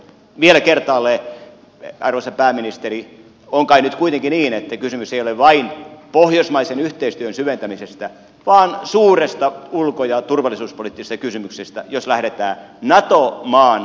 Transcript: vielä kertaalleen arvoisa pääministeri on kai nyt kuitenkin niin että kysymys ei ole vain pohjoismaisen yhteistyön syventämisestä vaan suurista ulko ja turvallisuuspoliittisista kysymyksistä jos lähdetään nato maan ilmavalvonnasta vastaamaan